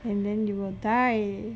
and then you will die